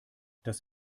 das